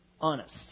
honest